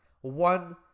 one